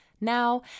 now